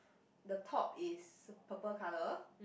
the top is purple colour